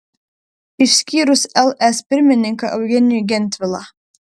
išskyrus ls pirmininką eugenijų gentvilą